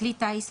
"כלי טיס",